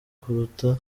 kuruta